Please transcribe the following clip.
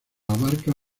abarca